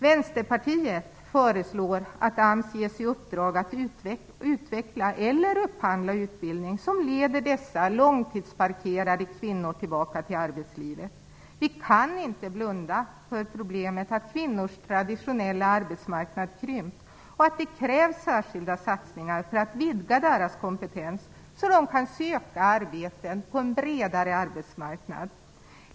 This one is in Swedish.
Vänsterpartiet föreslår att AMS ges i uppdrag att utveckla eller upphandla utbildning som leder dessa långtidsparkerade kvinnor tillbaka till arbetslivet. Vi kan inte blunda för problemet att kvinnors traditionella arbetsmarknad har krympt och att det krävs särskilda satsningar för att vidga deras kompetens så att de kan söka arbeten på en bredare arbetsmarknad.